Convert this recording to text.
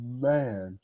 Man